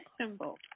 symbol